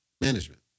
management